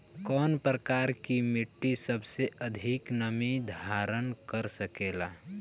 कौन प्रकार की मिट्टी सबसे अधिक नमी धारण कर सकेला?